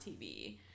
TV